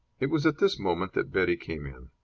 it was at this moment that betty came in.